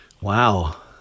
Wow